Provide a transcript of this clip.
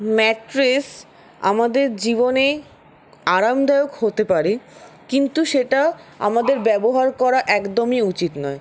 mattress আমাদের জীবনে আরামদায়ক হতে পারে কিন্তু সেটা আমাদের ব্যবহার করা একদমই উচিৎ নয়